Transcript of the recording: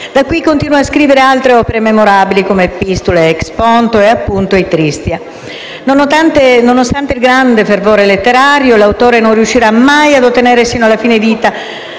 Da qui continua a scrivere altre opere memorabili, come le Epistulae ex Ponto e, appunto, i Tristia. Nonostante il grande fervore letterario, l'autore non riuscirà mai ad ottenere, sino alla fine della